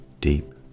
Deep